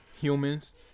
humans